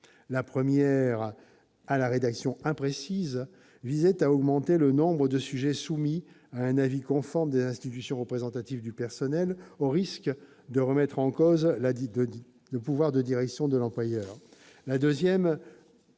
La première, à la rédaction imprécise, visait à augmenter le nombre de sujets soumis à un avis conforme des institutions représentatives du personnel, au risque de remettre en cause le pouvoir de direction de l'employeur.